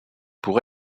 pour